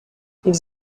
ils